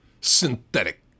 synthetic